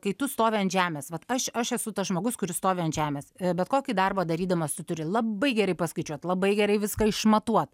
kai tu stovi ant žemės vat aš aš esu tas žmogus kuris stovi ant žemės bet kokį darbą darydamas tu turi labai gerai paskaičiuot labai gerai viską išmatuot